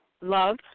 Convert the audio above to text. Love